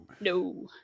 no